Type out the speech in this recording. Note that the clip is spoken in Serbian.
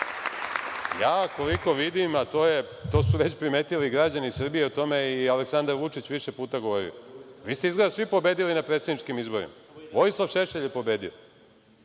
koliko vidim, a to su već primetili građani Srbije i o tome je i Aleksandar Vučić, više puta govorio. Vi ste izgleda svi pobedili na predsedničkim izborima. Vojislav Šešelj je pobedio,